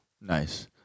Nice